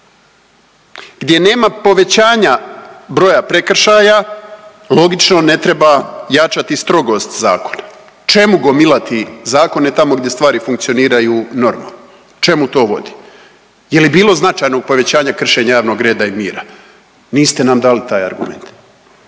gdje nema povećanja broja prekršaja logično ne treba jačati strogost zakona, čemu gomilati zakone tamo gdje stvari funkcioniraju normalno, čemu to vodi? Je li bilo značajnog povećanja kršenja javnog reda i mira? Niste nam dali taj argument.